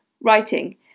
writing